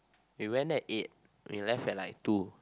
we went at eight we left at like two